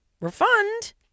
refund